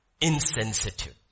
Insensitive